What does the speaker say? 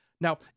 Now